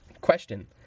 question